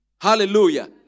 Hallelujah